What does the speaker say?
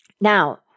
Now